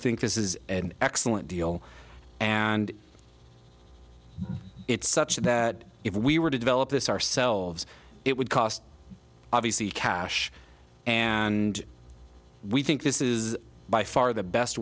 this is an excellent deal and it's such that if we were to develop this ourselves it would cost obviously cash and we think this is by far the best